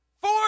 Four